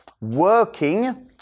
working